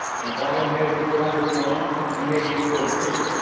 and why had his rider gone in haste and fear?